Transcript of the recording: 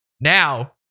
Now